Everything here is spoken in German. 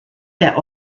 der